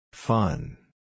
Fun